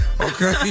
Okay